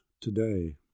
today